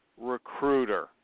recruiter